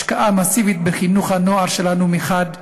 השקעה מסיבית בחינוך הנוער שלנו מחד גיסא,